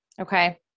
Okay